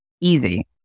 Easy